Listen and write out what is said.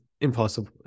impossible